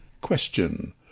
Question